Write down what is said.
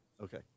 Okay